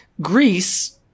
Greece